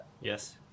Yes